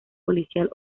policial